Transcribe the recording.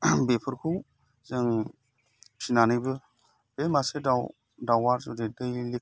बेफोरखौ जों फिसिनानैबो बे मासे दाउवा जुदि दैलि